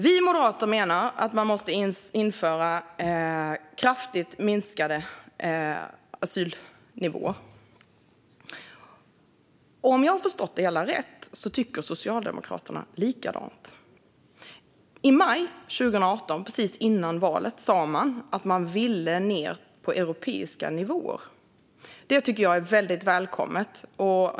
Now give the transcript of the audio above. Vi moderater menar att man måste införa kraftigt minskade asylnivåer. Om jag förstått det hela rätt tycker Socialdemokraterna likadant. I maj 2018, precis före valet, sa man att man ville ned på europeiska nivåer. Det tycker jag är väldigt välkommet.